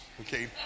Okay